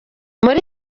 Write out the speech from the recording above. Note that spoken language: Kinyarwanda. muri